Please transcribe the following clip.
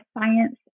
science